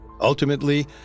Ultimately